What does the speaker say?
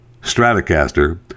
Stratocaster